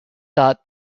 that